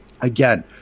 Again